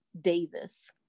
Davis